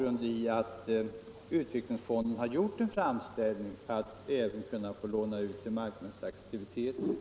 Utvecklingsfonden har också gjort en framställning att även kunna få låna ut pengar till marknadsaktiviteter.